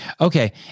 Okay